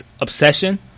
obsession